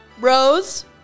Rose